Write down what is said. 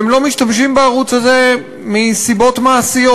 והם לא משתמשים בערוץ הזה מסיבות מעשיות,